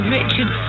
Richard